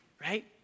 Right